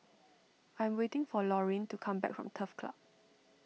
I am waiting for Laurene to come back from Turf Club